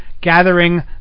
gathering